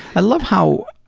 i love how,